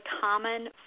common